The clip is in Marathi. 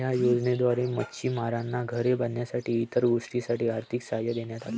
या योजनेद्वारे मच्छिमारांना घरे बांधण्यासाठी इतर गोष्टींसाठी आर्थिक सहाय्य देण्यात आले